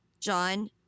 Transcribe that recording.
John